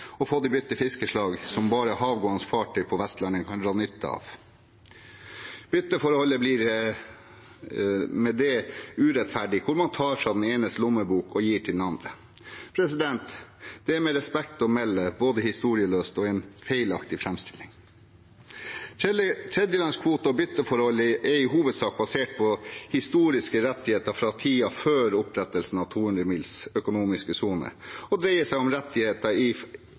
bytte fiskeslag som bare havgående fartøy på Vestlandet kan dra nytte av. Bytteforholdet blir med det urettferdig, hvor man tar fra den enes lommebok og gir til den andre. Det er med respekt å melde både historieløst og en feilaktig framstilling. Tredjelandskvoter og bytteforholdet er i hovedsak basert på historiske rettigheter fra tiden før opprettelsen av den 200 mils økonomiske sonen og dreier seg om rettigheter i